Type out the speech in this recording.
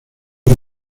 que